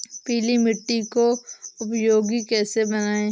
पीली मिट्टी को उपयोगी कैसे बनाएँ?